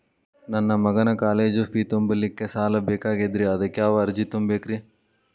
ನನ್ನ ಮಗನ college fee ತುಂಬಲಿಕ್ಕೆ ಸಾಲ ಬೇಕಾಗೆದ್ರಿ ಅದಕ್ಯಾವ ಅರ್ಜಿ ತುಂಬೇಕ್ರಿ?